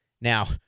Now